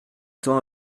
temps